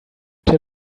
tell